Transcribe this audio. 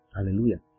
Hallelujah